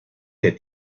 que